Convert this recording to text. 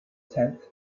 tenth